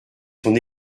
son